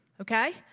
Okay